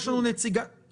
יש נציגת משרד המשפטים בזום.